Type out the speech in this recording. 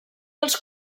els